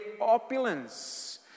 opulence